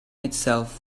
itself